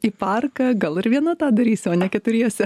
į parką gal ir viena tą darysiu o ne keturiese